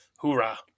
Hoorah